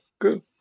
good